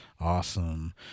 awesome